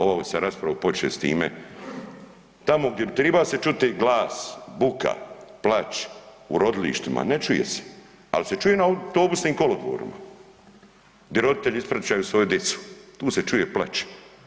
Ovu sam raspravu počeo s time, tamo gdje triba se čuti glas, buka, plač, u rodilištima, ne čuje se, ali se čuje na autobusnim kolodvorima, di roditelji ispraćaju svoju dicu, tu se čuje plač.